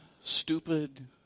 stupid